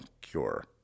cure